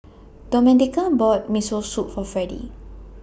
Domenica bought Miso Soup For Fredy